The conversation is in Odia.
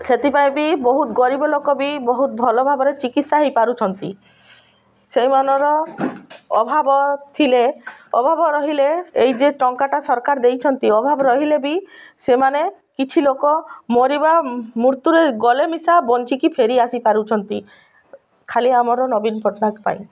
ସେଥିପାଇଁ ବି ବହୁତ ଗରିବ ଲୋକ ବି ବହୁତ ଭଲ ଭାବରେ ଚିକିତ୍ସା ହୋଇପାରୁଛନ୍ତି ସେଇମାନର ଅଭାବ ଥିଲେ ଅଭାବ ରହିଲେ ଏଇ ଯେ ଟଙ୍କାଟା ସରକାର ଦେଇଛନ୍ତି ଅଭାବ ରହିଲେ ବି ସେମାନେ କିଛି ଲୋକ ମରିବା ମୃତ୍ୟୁରେ ଗଲେ ମିଶା ବଞ୍ଚିକି ଫେରି ଆସି ପାରୁଛନ୍ତି ଖାଲି ଆମର ନବୀନ ପଟ୍ଟନାୟକ ପାଇଁ